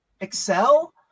excel